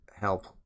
help